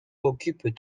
occupent